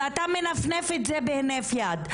ואתה מנפנף את זה בהינף יד,